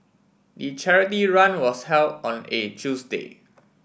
the charity run was held on a Tuesday